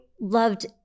loved